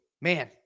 man